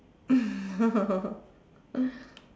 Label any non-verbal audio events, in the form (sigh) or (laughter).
(laughs)